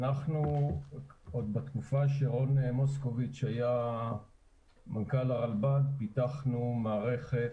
עוד בתקופה שמוסקוביץ היה מנכ"ל הרלב"ד פיתחנו מערכת